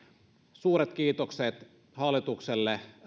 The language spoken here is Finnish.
suuret kiitokset hallitukselle